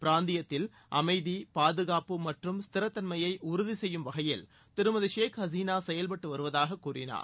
பிராந்தியத்தில் அமைதி பாதுகாப்பு மற்றும் ஸ்திரத்தன்மையை உறுதி செய்யும் வகையில் திருமதி ஷேக் ஹசீனா செயல்பட்டு வருவதாக கூறினார்